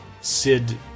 Sid